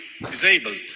disabled